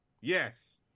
Yes